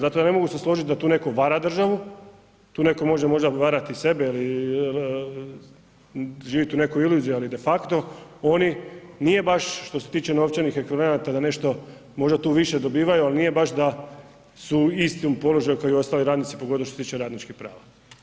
Zato se ja ne mogu složiti da tu neko vara državu, tu neko može možda varati sebe ili živjeti u nekoj iluziji, ali de facto oni nije baš što se tiče novčanih ekvivalenata da nešto možda tu više dobivaju, ali nije baš da su u istom položaju kao i ostali radnici pogotovo što se tiče radničkih prava.